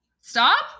Stop